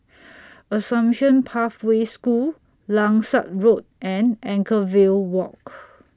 Assumption Pathway School Langsat Road and Anchorvale Walk